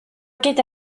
gyda